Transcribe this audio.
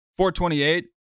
428